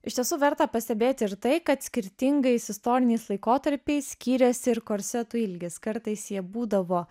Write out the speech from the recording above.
iš tiesų verta pastebėti ir tai kad skirtingais istoriniais laikotarpiais skyrėsi ir korsetų ilgis kartais jie būdavo